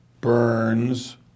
Burns